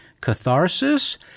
catharsis